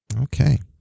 Okay